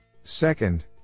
Second